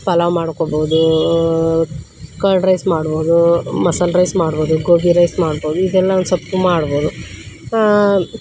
ಪಲಾವ್ ಮಾಡ್ಕೊಬೋದು curd rice ಮಾಡ್ಬೋದು ಮಸಾಲೆ ರೈಸ್ ಮಾಡ್ಬೋದು ಗೋಬಿ ರೈಸ್ ಮಾಡ್ಬೋದು ಇದೆಲ್ಲ ಒಂದು ಸ್ವಲ್ಪ ಮಾಡ್ಬೋದು